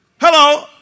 Hello